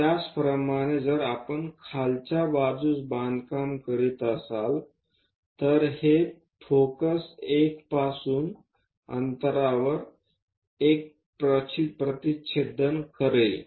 त्याचप्रमाणे जर आपण खालच्या बाजूस बांधकाम करीत असाल तर हे फोकस 1 पासून अंतरावर एक प्रतिच्छेदन करेल